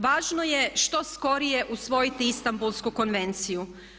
Važno je što skorije usvojiti Istanbulsku konvenciju.